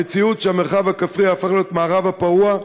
המציאות שהמרחב הכפרי ייהפך להיות המערב הפרוע,